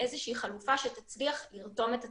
איזושהי חלופה שתצליח לרתום את הציבור.